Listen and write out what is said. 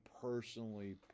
personally